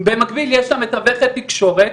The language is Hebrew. במקביל יש שם מתווכת תקשורת,